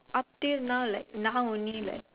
up till now like now only like